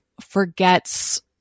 forgets